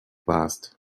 warst